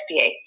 SBA